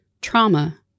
Trauma